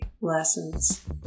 lessons